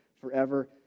forever